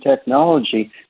technology